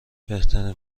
بهترین